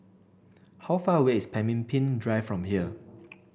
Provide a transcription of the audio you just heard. how far away is Pemimpin Drive from here